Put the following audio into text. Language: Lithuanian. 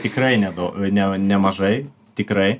tikrai nedaug ne nemažai tikrai